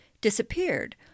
disappeared